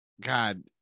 God